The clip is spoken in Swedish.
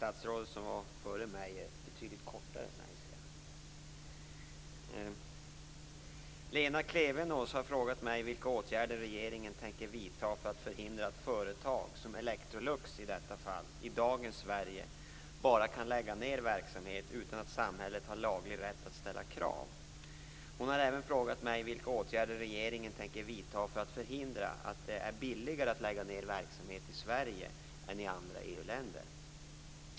Fru talman! Lena Klevenås har frågat mig vilka åtgärder regeringen tänker vidta för att förhindra att företag, som Electrolux i detta fall, i dagens Sverige bara kan lägga ned verksamhet utan att samhället har laglig rätt att ställa krav. Hon har även frågat mig vilka åtgärder regeringen tänker vidta för att förhindra att det är billigare att lägga ned verksamhet i Sverige än i andra EU-länder.